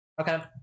Okay